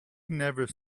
never